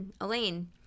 Elaine